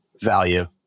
Value